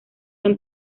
han